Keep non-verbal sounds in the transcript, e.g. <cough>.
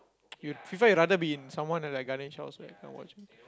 <noise> you FIFA you rather be in someone like Ganesh house right can watch